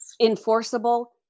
enforceable